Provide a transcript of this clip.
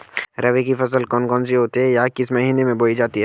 रबी की फसल कौन कौन सी होती हैं या किस महीने में बोई जाती हैं?